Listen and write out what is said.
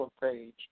page